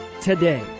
today